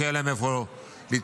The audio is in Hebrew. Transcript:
שיהיה להם איפה להתפלל,